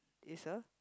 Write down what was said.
is a